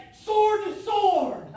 sword-to-sword